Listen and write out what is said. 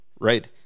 right